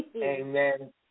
Amen